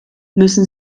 müssen